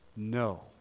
no